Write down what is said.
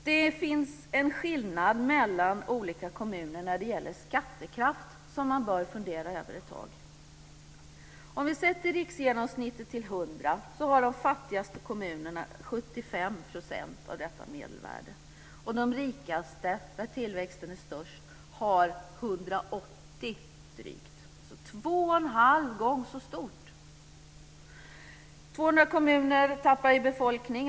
Det finns en skillnad mellan olika kommuner när det gäller skattekraft som man bör fundera över ett tag. Om vi sätter riksgenomsnittet till 100 så har de fattigaste kommunerna 75 % av detta medelvärde, och de rikaste, där tillväxten är störst, har drygt 180. Det är alltså två och en halv gånger så mycket. 200 kommuner tappar i befolkning.